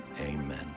amen